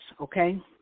okay